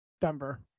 Denver